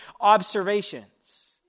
observations